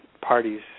parties